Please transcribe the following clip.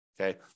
Okay